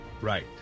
Right